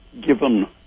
given